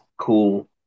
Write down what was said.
cool